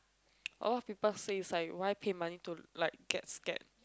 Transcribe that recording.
a lot of people says like why paid money to like get scared